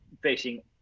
facing –